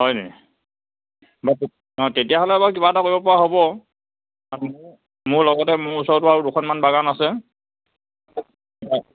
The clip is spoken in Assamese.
হয় নেকি অ' তেতিয়াহ'লে বাৰু কিবা এটা কৰিব পৰা হ'ব মোৰ লগতে মোৰ ওচৰতে আৰু দুখনমান বাগান আছে